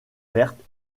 verte